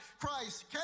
Christ